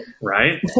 right